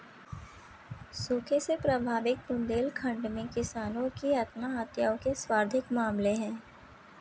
सूखे से प्रभावित बुंदेलखंड में किसानों की आत्महत्या के सर्वाधिक मामले है